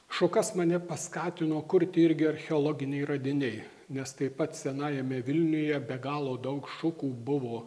šukas mane paskatino kurti irgi archeologiniai radiniai nes taip pat senajame vilniuje be galo daug šukų buvo